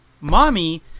Mommy